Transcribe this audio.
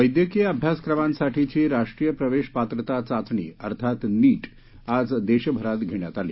वैद्यकीय अभ्यासक्रमांसाठीची राष्ट्रीय प्रवेश पात्रता चाचणी अर्थात नीट आज देशभरात घेण्यात आली